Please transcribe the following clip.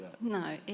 No